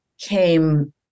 came